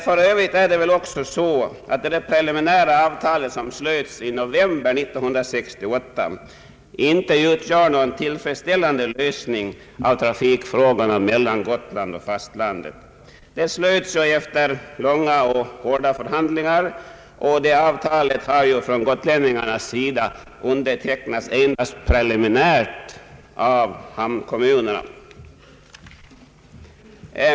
För övrigt är det väl också så att det preliminära avtal som slöts i november 1968 inte utgör någon tillfredsställande lösning av trafikfrågorna mellan Gotland och fastlandet. Avtalet slöts efter långa och hårda förhandlingar, och det har från gotlänningarnas sida endast preliminärt undertecknats av hamnkommunerna.